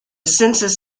census